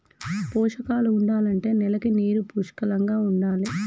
పోషకాలు ఉండాలంటే నేలకి నీరు పుష్కలంగా ఉండాలి